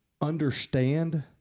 understand